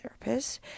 therapist